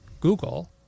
Google